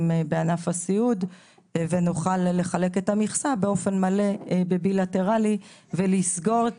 בענף הסיעוד ונוכל לחלק את המכסה באופן מלא בבילטרלי ולסגור את